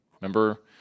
remember